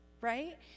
right